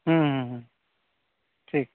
ᱦᱩᱸ ᱦᱩᱸ ᱦᱩᱸ ᱴᱷᱤᱠ